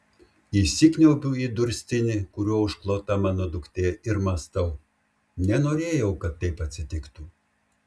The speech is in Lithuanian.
įsikniaubiu į durstinį kuriuo užklota mano duktė ir mąstau nenorėjau kad taip atsitiktų